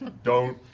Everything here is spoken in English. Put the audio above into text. don't,